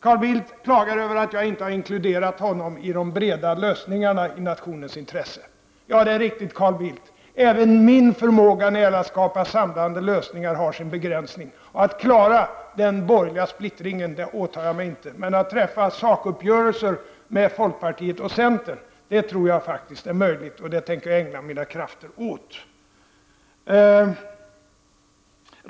Carl Bildt klagade över att jag inte inkluderat moderaterna i de breda lösningarna i nationens intresse. Det är riktigt, Carl Bildt. Även min förmåga när det gäller att skapa samlande lösningar har sin begränsning. Att klara den borgerliga splittringen åtar jag mig inte, men att träffa sakuppgörelser med folkpartiet och centerpartiet tror jag är möjligt, och det tänker jag ägna mina krafter åt.